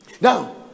now